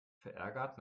verärgert